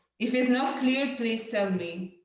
if it's not clear, please tell me.